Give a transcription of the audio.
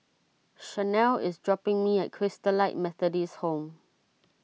Shanelle is dropping me at Christalite Methodist Home